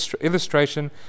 illustration